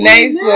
Nice